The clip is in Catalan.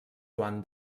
joan